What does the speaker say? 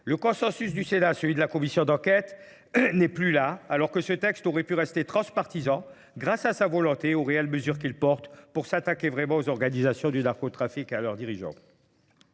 Le consensus du Sénat sur celui de la Commission d'enquête n'est plus là, alors que ce texte aurait pu rester transpartisan grâce à sa volonté aux réelles mesures qu'il porte pour s'attaquer vraiment aux organisations du narcotrafique et à leurs dirigeants.